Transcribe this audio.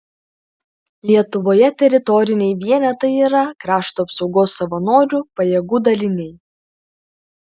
lietuvoje teritoriniai vienetai yra krašto apsaugos savanorių pajėgų daliniai